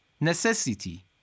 necessity